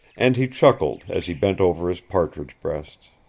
and he chuckled as he bent over his partridge breasts.